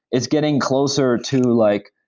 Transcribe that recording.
it's getting closer to like,